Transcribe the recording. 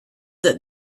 that